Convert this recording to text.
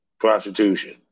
prostitution